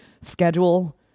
schedule